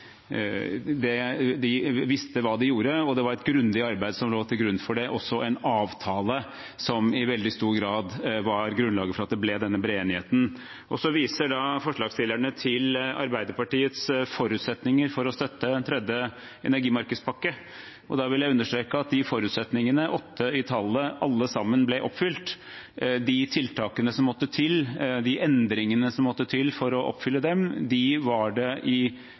visste hva de gjorde. Det var et grundig arbeid som lå til grunn for det, også en avtale som i veldig stor grad var grunnlaget for denne brede enigheten. Forslagsstillerne viser til Arbeiderpartiets forutsetninger for å støtte en tredje energimarkedspakke. Da vil jeg understreke at de forutsetningene – åtte i tallet – alle sammen ble oppfylt. De tiltakene som måtte til – de endringene som måtte til – for å oppfylle dem, hadde norske myndigheter selv evne til å oppfylle. Det